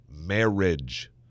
marriage